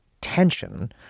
tension